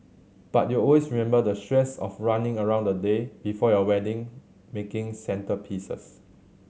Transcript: but you'll always remember the stress of running around the day before your wedding making centrepieces